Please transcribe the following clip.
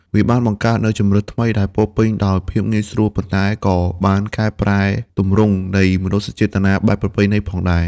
វាបានបង្កើតនូវជម្រើសថ្មីដែលពោរពេញដោយភាពងាយស្រួល ប៉ុន្តែក៏បានកែប្រែទម្រង់នៃមនោសញ្ចេតនាបែបប្រពៃណីផងដែរ។